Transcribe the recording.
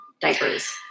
diapers